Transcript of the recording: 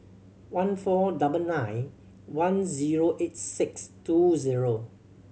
one four double nine one zero eight six two zero